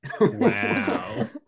Wow